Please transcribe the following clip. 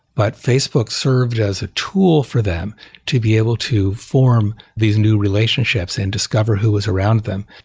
but facebook served as a tool for them to be able to form these new relationships and discover who was around them.